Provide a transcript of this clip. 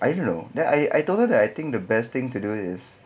I don't know then I I told her that I think the best thing to do is